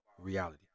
reality